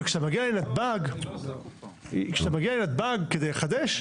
וכשאתה מגיע לנתב"ג כדי לחדש,